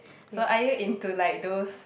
so are you into like those